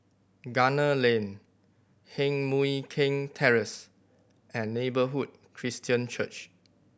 Gunner Lane Heng Mui Keng Terrace and Neighbourhood Christian Church